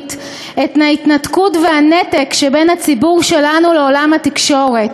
דריבית את ההתנתקות והנתק שבין הציבור שלנו לעולם התקשורת"